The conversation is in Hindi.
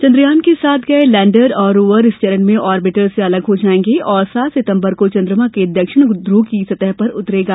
चन्द्रयान के साथ गए लैंडर और रोवर इस चरण में ऑरबिटर से अलग हो जाएंगे और सात सितम्बर को चन्द्रमा के दक्षिण धूव की सतह पर उतरेगा